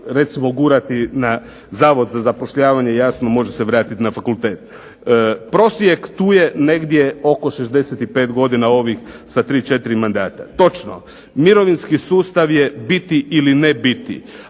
treba ga gurati na Zavod za zapošljavanje, naravno može se vratiti na fakultet. Prosjek tu je oko 65 godina, ovih sa tri, četiri mandata. Točno, mirovinski sustav je biti ili ne biti